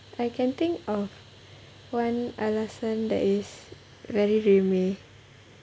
I can think of one alasan that is very remeh